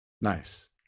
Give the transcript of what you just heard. Nice